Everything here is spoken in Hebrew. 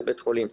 לבית חולים.